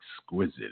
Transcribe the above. exquisite